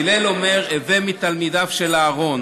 הלל אומר: הווי מתלמידיו של אהרן,